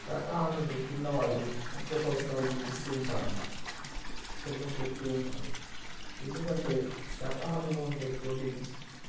శాకాహారాలు తిన్న వాళ్ళు ఎక్కువ సంవత్సరాలు జీవిస్తు ఉంటారంట పెద్దలు చెప్తు ఉంటారు ఎందుకంటే శాకాహారంలో ఉండే ప్రోటీన్స్